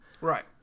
Right